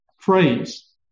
phrase